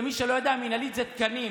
למי שלא יודע, מינהלית זה תקנים